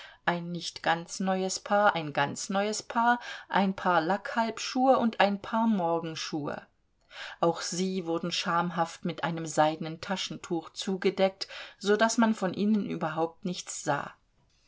ein nicht ganz neues paar ein ganz neues paar ein paar lackhalbschuhe und ein paar morgenschuhe auch sie wurden schamhaft mit einem seidenen taschentuch zugedeckt so daß man von ihnen überhaupt nichts sah